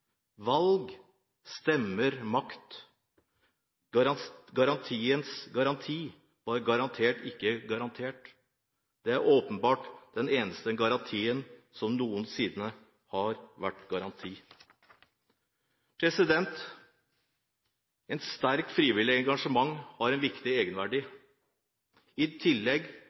Valg – stemmer – makt Garantienes garanti var garantert ikke garantert DET er åpenbart den eneste garantien som noensinne har vært en garanti» Et sterkt frivillig engasjement har en viktig egenverdi. I tillegg